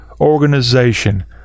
organization